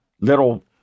little